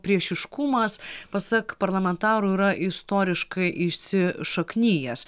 priešiškumas pasak parlamentarų yra istoriškai įsišaknijęs